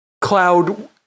Cloud